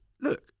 look